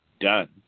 done